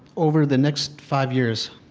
over the next five years,